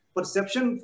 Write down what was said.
Perception